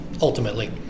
ultimately